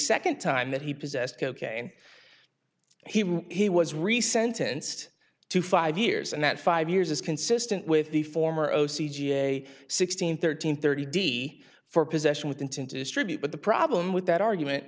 second time that he possessed cocaine he he was recent tensed to five years and that five years is consistent with the former o c ga sixteen thirteen thirty d for possession with intent to distribute but the problem with that argument